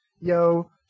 Yo